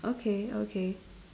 okay okay